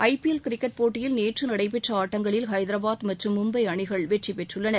ஐ P L cricket போட்டியில் நேற்று நடைபெற்ற ஆட்டங்களில் ஐதரபாத் மற்றும் மும்பை அணிகள் வெற்றி பெற்றுள்ளன